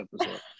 episode